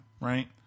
right